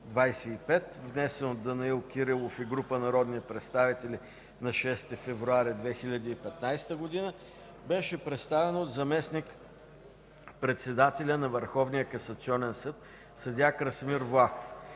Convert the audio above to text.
внесен от Данаил Кирилов и група народни представители на 06 февруари 2015 г., беше представен от заместник-председателя на Върховния касационен